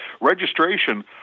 Registration